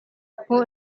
who